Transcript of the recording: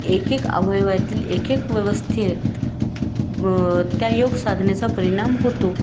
एक एक अवयवातील एक एक व्यवस्थेत ब त्या योगसाधनेचा परिणाम होतो